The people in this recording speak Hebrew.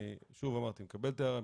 אני מקבל את ההערה,